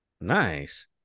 Nice